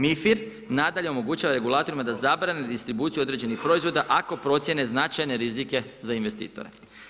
MiFIR nadalje omogućava regulatorima da zabrane distribuciju određenih proizvoda ako procjene značajne rizike za investitore.